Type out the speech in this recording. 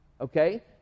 okay